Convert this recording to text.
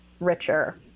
Richer